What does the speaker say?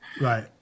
right